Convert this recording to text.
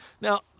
Now